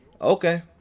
Okay